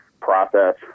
process